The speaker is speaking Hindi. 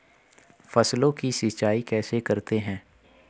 फसलों की सिंचाई कैसे करते हैं?